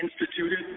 instituted